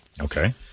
Okay